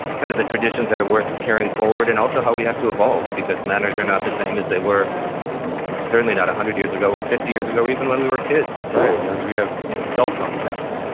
kind of the traditions that are worth carrying forward, and also how we have to evolve because manners are not the same as they were certainly not one hundred years ago or fifty years ago, ago, or even when we were kids right, yeah because we have you know cell phones now,